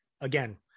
again